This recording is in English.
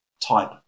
type